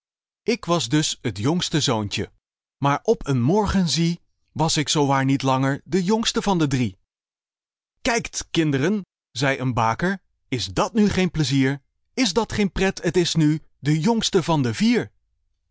ik was dus t jongste zoontje maar op een morgen zie was ik zoowaar niet langer de jongste van de drie kijkt kind'ren zeî een baker is dat nu geen pleizier is dat geen pret hier is nu de jongste van de vier